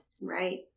Right